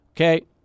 Okay